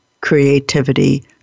creativity